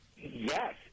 yes